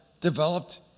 developed